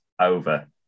over